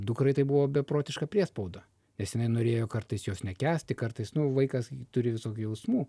dukrai tai buvo beprotiška priespauda nes jinai norėjo kartais jos nekęsti kartais nu vaikas turi visokių jausmų